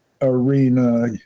arena